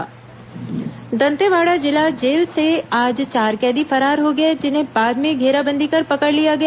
Dantewada jail break Dantewada जिला jail से आज चार कैदी फरार हो गए जिन्हें बाद में घेराबंदी कर पकड़ लिया गया